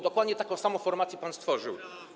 Dokładnie taką samą formację pan stworzył.